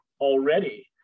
already